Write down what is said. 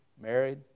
married